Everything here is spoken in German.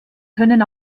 können